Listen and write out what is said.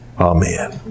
Amen